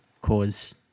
cause